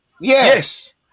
Yes